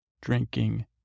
drinking